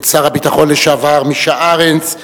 את שר הביטחון לשעבר מישה ארנס,